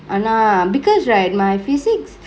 !hanna! because right my physics